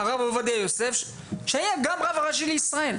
עובדיה יוסף שהיה גם רב ראשי לישראל,